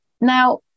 Now